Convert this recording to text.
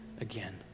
again